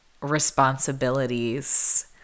responsibilities